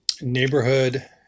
Neighborhood